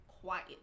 quiet